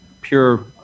pure